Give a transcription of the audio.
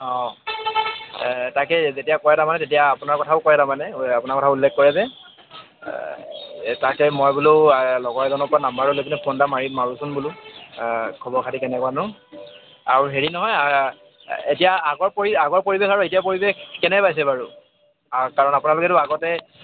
অঁ তাকে যেতিয়া কয় তাৰ মানে তেতিয়া আপোনাৰ কথাও কয় তাৰ মানে আপোনাৰ কথা উল্লেখ কৰে যে তাকে মই বোলো লগৰ এজনৰ পৰা নম্বৰটো লৈপিনে ফোন এটা মাৰিম মাৰোঁচোন বোলো খবৰ খাতি কেনেকুৱানো আৰু হেৰি নহয় এতিয়া আগৰ পৰি আগৰ পৰিৱেশ আৰু এতিয়া পৰিৱেশ কেনে পাইছে বাৰু কাৰণ আপোনালোকেতো আগতে